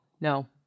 No